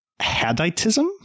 Haditism